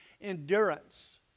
endurance